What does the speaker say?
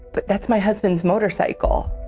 but that's my husband's motorcycle.